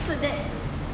so that